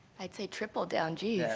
i'd say triple down, geez.